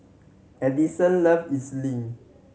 Edison loves Idili